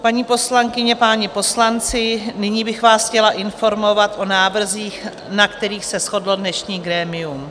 Paní poslankyně, páni poslanci, nyní bych vás chtěla informovat o návrzích, na kterých se shodlo dnešní grémium.